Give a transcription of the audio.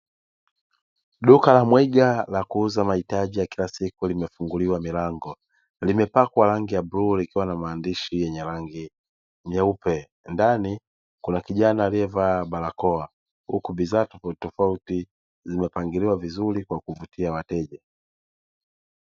Duka la mwaija la kuuza mahitaji ya kila siku limefunguliwa milango, limepakwa rangi ya bluu likiwa na maandishi yenye rangi nyeupe. Ndani kuna kijana aliyevaa barakoa, huku bidhaa tofauti tofauti zimepangiliwa vizuri kwa kuvutia wa.